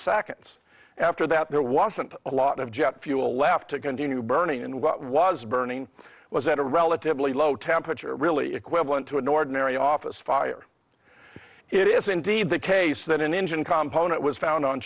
seconds after that there wasn't a lot of jet fuel left to continue burning and what was burning was at a relatively low temperature really equivalent to an ordinary office fire it is indeed the case that in engine compound it was found on